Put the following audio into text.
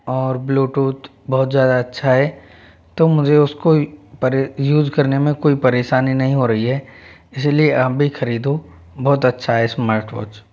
और ब्लूटूथ बहुत ज़्यादा अच्छा है तो मुझे उसको पर यूज करने में कोई परेशानी नहीं हो रही है इसलिए आप भी खरीदो बहुत अच्छा है स्मार्ट वॉच